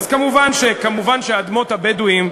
אז כמובן, אדמות הבדואים,